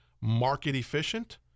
market-efficient